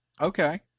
okay